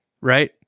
Right